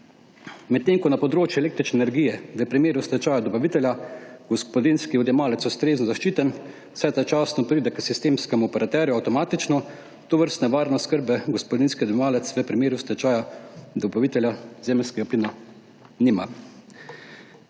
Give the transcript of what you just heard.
Medtem ko je na področju električne energije v primeru stečaja dobavitelja gospodinjski odjemalec ustrezno zaščiten, saj začasno pride k sistemskemu operaterju avtomatično, tovrstne varne oskrbe gospodinjski odjemalec v primeru stečaja dobavitelja zemeljskega plina nima.